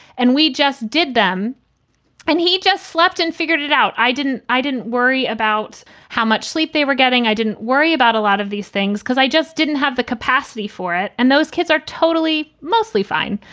and we just did them and he just slept and figured it out. i didn't i didn't worry about how much sleep they were getting. i didn't worry about a lot of these things because i just didn't have the capacity for it. and those kids are totally, mostly fine.